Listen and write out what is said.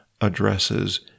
addresses